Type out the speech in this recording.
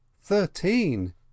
thirteen